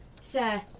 Sir